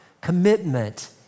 commitment